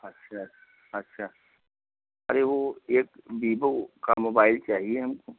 अच्छा अच्छा अरे वो एक वीवो का मोबाइल चाहिए हमको